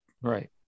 Right